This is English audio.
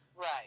right